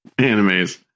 animes